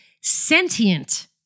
sentient